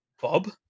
Bob